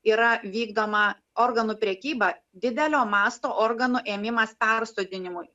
yra vykdoma organų prekyba didelio masto organų ėmimas persodinimui